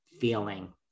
feeling